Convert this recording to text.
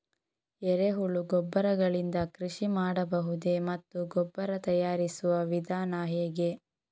ಎರೆಹುಳು ಗೊಬ್ಬರ ಗಳಿಂದ ಕೃಷಿ ಮಾಡಬಹುದೇ ಮತ್ತು ಗೊಬ್ಬರ ತಯಾರಿಸುವ ವಿಧಾನ ಹೇಗೆ?